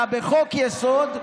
אלא בחוק-יסוד,